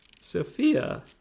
Sophia